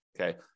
Okay